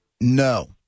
No